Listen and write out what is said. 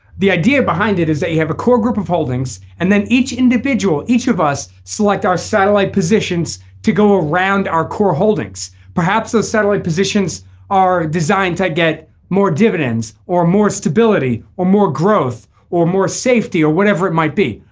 the idea behind it is that you have a core group of holdings and then each individual each of us select our satellite positions to go around our core holdings perhaps the satellite positions are designed to get more dividends or more stability or more growth or more safety or whatever it might be.